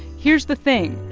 here's the thing.